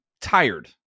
tired